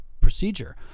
procedure